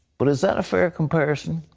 but is that a fair comparison?